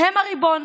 הם הריבון.